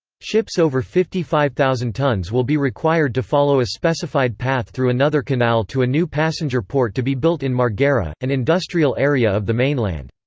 ships over fifty five thousand tons will be required to follow a specified path through another canal to a new passenger port to be built in marghera, an industrial area of the mainland.